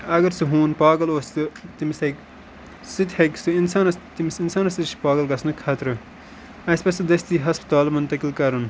اگر سُہ ہوٗن پاگَل اوس تہٕ تٔمِس ہیٚکہِ سُہ تہِ ہیٚکہِ سُہ اِنسانَس تٔمِس اِنسانَس تہِ چھِ پاگَل گژھنٕکۍ خطرٕ اَسہِ پَزِ سُہ دٔستی ہَسپتال مُنتقل کَرُن